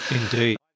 Indeed